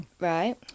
Right